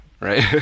right